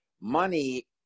money